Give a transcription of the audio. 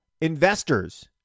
investors